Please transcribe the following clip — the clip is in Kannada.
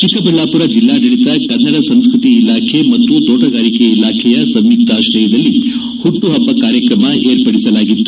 ಚಿಕ್ಕಬಳ್ಳಾಮರ ಜಿಲ್ಲಾಡಳಿತ ಕನ್ನಡ ಸಂಸ್ಕೃತಿ ಇಲಾಖೆ ಮತ್ತು ತೋಟಗಾರಿಕಾ ಇಲಾಖೆಯ ಸಂಯುಕ್ತ ಆಶಯದಲ್ಲಿ ಹುಟ್ಟುಹಬ್ಬ ಕಾರ್ಯತ್ರಮ ಏರ್ಪಡಿಸಲಾಗಿತ್ತು